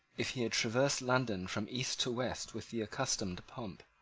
if he had traversed london from east to west with the accustomed pomp,